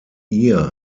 ihr